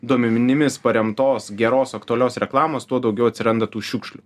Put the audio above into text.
duomenimis paremtos geros aktualios reklamos tuo daugiau atsiranda tų šiukšlių